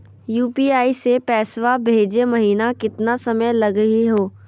UPI स पैसवा भेजै महिना केतना समय लगही हो?